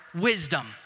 wisdom